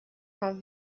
have